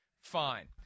Fine